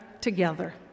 together